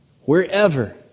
Wherever